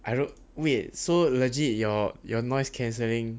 I wrote we so legit your your noise cancelling